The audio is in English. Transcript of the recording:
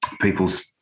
people's